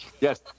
Yes